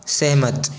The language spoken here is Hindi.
सहमत